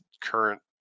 current